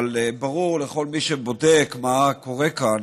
אבל ברור לכל מי שבודק מה קורה כאן